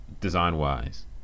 design-wise